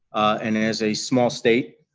and as a small state,